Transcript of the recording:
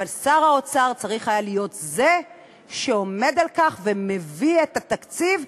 אבל שר האוצר צריך היה להיות זה שעומד על כך ומביא את התקציב,